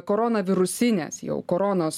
koronavirusinės jau koronos